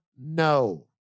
no